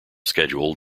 schedule